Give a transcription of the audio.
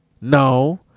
no